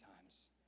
times